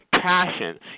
Passion